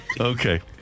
Okay